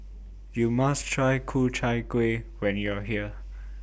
YOU must Try Ku Chai Kueh when YOU Are here